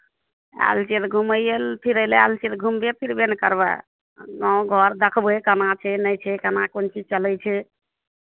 आयल छियै तऽ घुमैए फिरय लिए आयल छियै तऽ घुमबे फिरबे ने करबै गाँव घर देखबै केना छै नहि छै केना कोन चीज चलै छै